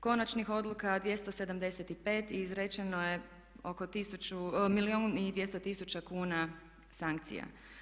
konačni odluka 275 i izrečeno je oko milijun i 200 tisuća kuna sankcija.